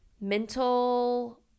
mental